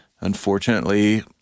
unfortunately